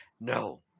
No